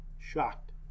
Shocked